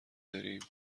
داریم